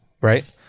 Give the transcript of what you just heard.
Right